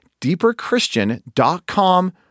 deeperchristian.com